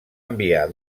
enviar